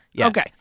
Okay